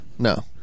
No